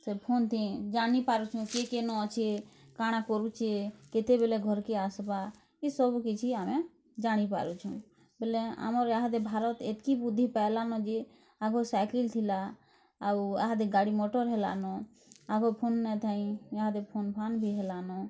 ସେ ଫୋନ୍ଟି ଜାନି ପାରୁଛୁଁ କିଏ କିଏ ନ ଅଛି କାଁଣା କରୁଛି କେତେବେଲେ ଘରକେ ଆସିବା ଏ ସବୁ କିଛି ଆମେ ଜାଣି ପାରୁଛୁଁ ବୋଲେ ଆମର ଏହାର ଭାରତ୍ ଏତ୍କି ବୁଦ୍ଧି ପାଇଲାନୁଁ କି ଆଗୁ ସାଇକେଲ୍ ଥିଲା ଆଉ ଏହା ଦେ ଗାଡ଼ି ମଟର ହେଲାନୁଁ ଆଗୁ ଫୋନ୍ ନ ଥାଇଁ ଏହା ଦି ଫୋନ୍ ଫାନ୍ ବି ହେଲାନୁଁ